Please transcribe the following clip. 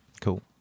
cool